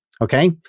okay